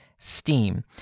Steam